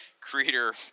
creator